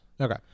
okay